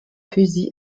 fusils